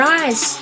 eyes